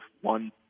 one